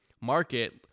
market